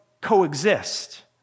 coexist